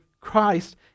Christ